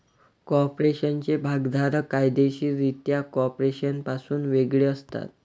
कॉर्पोरेशनचे भागधारक कायदेशीररित्या कॉर्पोरेशनपासून वेगळे असतात